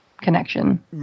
connection